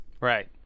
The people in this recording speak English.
Right